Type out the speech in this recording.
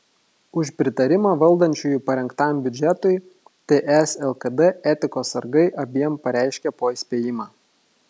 už pritarimą valdančiųjų parengtam biudžetui ts lkd etikos sargai abiem pareiškė po įspėjimą